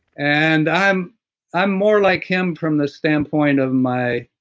and i'm i'm more like him from the standpoint of my,